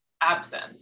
absence